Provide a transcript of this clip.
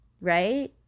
right